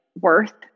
worth